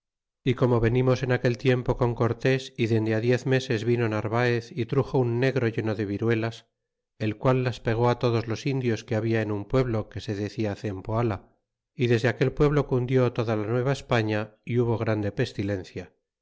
y como venimos en aquel tiempo con cortés y dende diez meses vino narvaez y truxo un negro lleno de viruelas el qual las pegó á todos los indios que habia en un pueblo que se decia cempoala é desde aquel pueblo cundió toda la nueva españa é ovo grande pestilencia